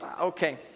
Okay